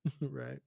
right